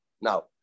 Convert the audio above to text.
Now